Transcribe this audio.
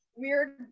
weird